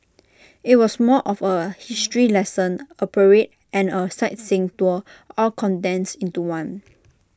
IT was more of A history lesson A parade and A sightseeing tour all condensed into one